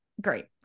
great